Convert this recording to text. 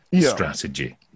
strategy